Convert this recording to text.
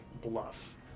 bluff